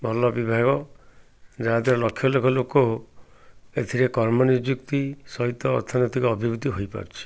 ଭଲ ବିଭାଗ ଯାହାଦ୍ୱାରା ଲକ୍ଷ ଲକ୍ଷ ଲୋକ ଏଥିରେ କର୍ମ ନିଯୁକ୍ତି ସହିତ ଅର୍ଥନୈତିକ ଅଭିବୃଦ୍ଧି ହୋଇପାରୁଛି